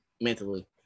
mentally